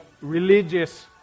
religious